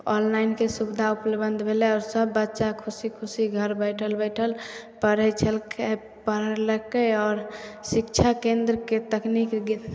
ऑनलाइनके सुबिधा उपलब्ध भेलै आओर सब बच्चा खुशी खुशी घर बैठल बैठल पढ़ै छलै पढ़लकै आओर शिक्षा केंद्रके तकनीक